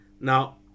Now